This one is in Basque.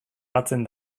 batzen